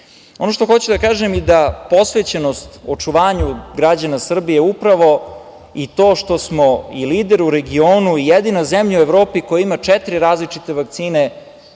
što hoću da kažem je da je posvećenost očuvanju građana Srbije upravo i to što smo lider u regionu i jedina zemlja u Evropi koja ima četiri različite vakcine